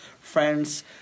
friends